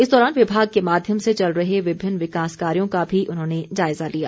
इस दौरान विभाग के माध्यम से चल रहे विभिन्न विकास कार्यों का भी उन्होंने जायजा लिया